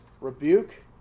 rebuke